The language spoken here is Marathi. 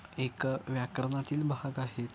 एक व्याकरणातील भाग आहेत